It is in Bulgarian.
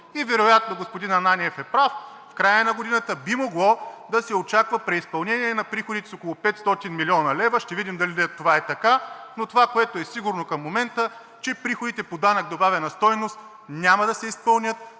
И вероятно господин Ананиев е прав, в края на годината би могло да се очаква преизпълнение на приходите с около 500 млн. лв. – ще видим дали това е така. Но онова, което е сигурно към момента – че приходите по данък добавена стойност няма да се изпълнят,